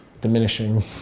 diminishing